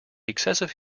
excessive